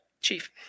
Chief